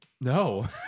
No